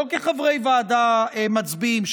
לא כחברי ועדה מצביעים,